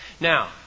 Now